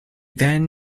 then